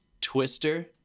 Twister